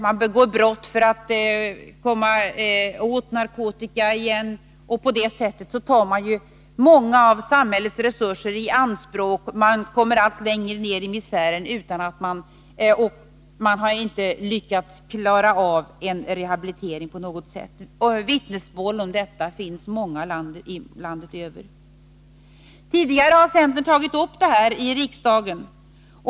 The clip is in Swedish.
Man begår brott igen för att komma åt narkotika, och på det sättet tar man många av samhällets resurser i anspråk. Man kommer allt längre ner i misären. Man har ju inte lyckats klara av en rehabilitering på något sätt. Det finns många vittnesmål om detta i vårt land. Centern har tidigare tagit upp detta i riksdagen.